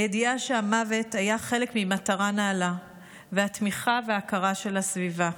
הידיעה שהמוות היה חלק ממטרה נעלה והתמיכה וההכרה של הסביבה.